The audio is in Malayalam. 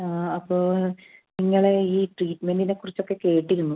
അപ്പോൾ നിങ്ങളെ ഈ ട്രീറ്റ്മെൻ്റിനെ കുറിച്ചൊക്കെ കേട്ടിരുന്നു